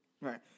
Right